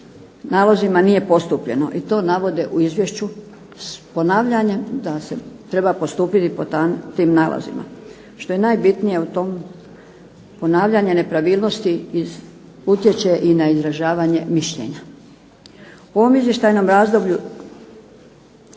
nalozima nije postupljeno i to navode u izvješću ponavljanjem da se treba postupiti po tim nalozima. Što je najbitnije u tom ponavljanje nepravilnosti utječe i na izražavanje mišljenja. U ovom izvještajnom razdoblju